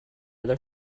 other